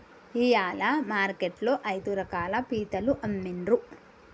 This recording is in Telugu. ఇయాల మార్కెట్ లో ఐదు రకాల పీతలు అమ్మిన్రు